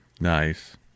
Nice